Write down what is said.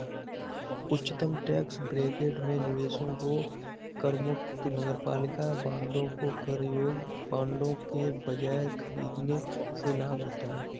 उच्चतम tax bracket में निवेशकों को करमुक्त नगरपालिका बांडों को कर योग्य बांडों के बजाय खरीदने से लाभ होता है